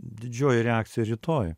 didžioji reakcija rytoj